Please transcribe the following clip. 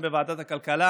בוועדת הכלכלה